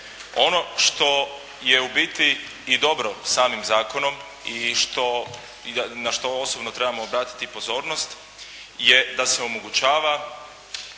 Ono što je u biti i dobro samim zakonom i na što osobno trebamo obratiti pozornost je da se omogućava